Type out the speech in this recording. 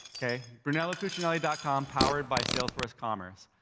okay, brunellocucinelli dot com powered by salesforce commerce.